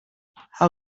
how